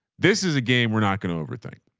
this is a game we're not going to overthink